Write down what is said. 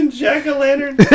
jack-o'-lantern